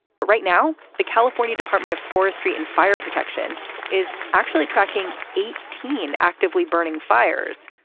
but right now the california department of forestry and fire protection is actually tracking eighteen actively burning fires.